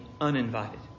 uninvited